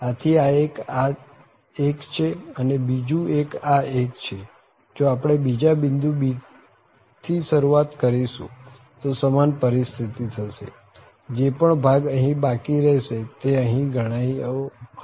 આથી એક આ એક છે અને બીજુ એક આ એક છે જો આપણે બીજા બિંદુ b થી શરૂઆત કરીશું તો સમાન પરિસ્થિતિ થશે જે પણ ભાગ અહીં બાકી રહેશે તે અહીં ગણાયી જશે